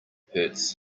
hurts